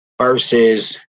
versus